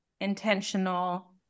intentional